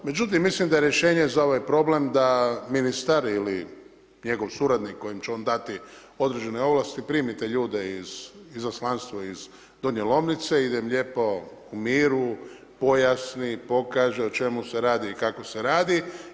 Međutim, mislim da je rješenje za ovaj problem, da ministar ili njegov suradnik, kojim će on dati određene ovlasti primi te ljude iz izaslanstvo iz Donje Lomnice i da lijepo u miru, pojasni, pokaže o čemu se radi i kako se radi.